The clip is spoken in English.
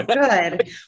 good